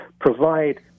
Provide